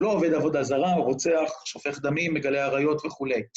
לא עובד עבודה זרה, רוצח, שופך דמים, מגלה עריות וכו'.